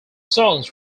songs